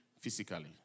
physically